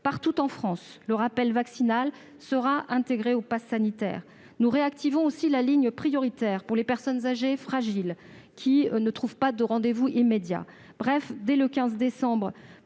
partout en France. Le rappel vaccinal sera intégré au passe sanitaire. Nous réactivons aussi la ligne prioritaire pour les personnes âgées et fragiles qui ne trouvent pas de rendez-vous immédiat. Bref, le passe